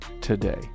today